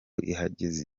ihagaze